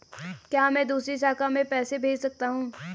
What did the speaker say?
क्या मैं दूसरी शाखा में पैसे भेज सकता हूँ?